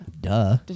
Duh